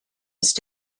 ist